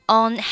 on